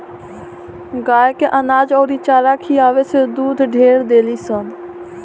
गाय के अनाज अउरी चारा खियावे से दूध ढेर देलीसन